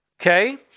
Okay